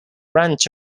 branch